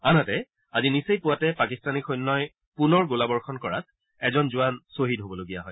আনহাতে আজি নিচেই পুৱাতে পাকিস্তানী সৈন্যই পুনৰ গোলাবৰ্ষণ কৰাত এজন জোৱান ছহিদ হ'বলগীয়া হয়